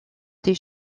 des